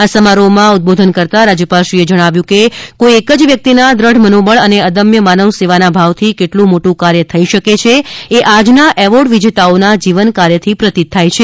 આ સમારોહમાં ઉદ્વોધન કરતાં રાજ્યપાલશ્રીએ જણાવ્યું કે કોઇ એક જ વ્યક્તિના દ્રઢ મનોબળ અને અદમ્ય માનવસેવાના ભાવથી કેટલું મોટું કાર્ય થઇ શકે છે એ આજના એવોર્ડ વિજેતાઓના જીવન કાર્યથી પ્રતીત થાય છે